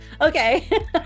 okay